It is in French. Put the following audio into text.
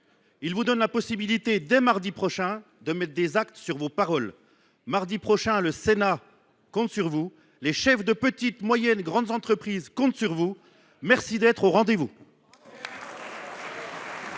Il vous donne la possibilité dès mardi prochain de mettre des actes sur vos paroles. Mardi prochain, le Sénat compte sur vous ; les chefs de petites, moyennes et grandes entreprises comptent sur vous également. Merci d’être au rendez vous